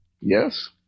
Yes